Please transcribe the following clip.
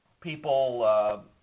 people